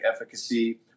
efficacy